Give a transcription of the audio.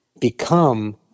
become